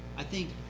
i think,